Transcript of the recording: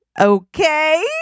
Okay